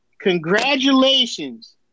Congratulations